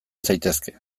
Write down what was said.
zaitezke